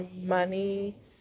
money